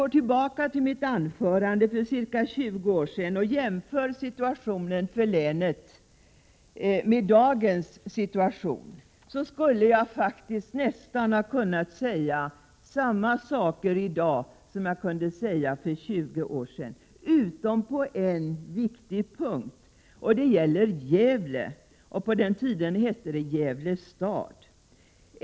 När jag studerar mitt anförande som jag höll för ca 20 år sedan och jämför länets situation då med dagens situation, konstaterar jag att jag i dag faktiskt kan säga nästan samma saker som jag sade för 20 år sedan, utom på en viktig punkt. Det gäller då Gävle. På den tiden hette det Gävle stad.